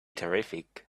terrific